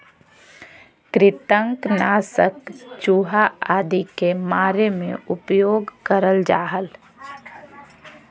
कृंतक नाशक चूहा आदि के मारे मे उपयोग करल जा हल